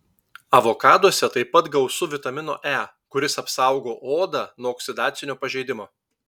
avokaduose taip pat gausu vitamino e kuris apsaugo odą nuo oksidacinio pažeidimo